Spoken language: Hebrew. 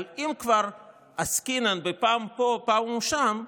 אבל אם כבר עסקינן ב"פעם פה, פעם שם",